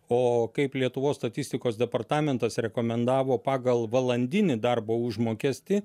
o kaip lietuvos statistikos departamentas rekomendavo pagal valandinį darbo užmokestį